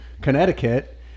Connecticut